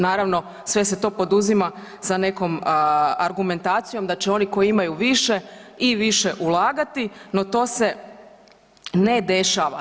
Naravno sve se to poduzima sa nekom argumentacijom da će oni koji imaju više i više ulagati no to se ne dešava.